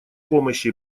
помощи